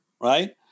Right